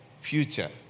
future